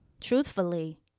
truthfully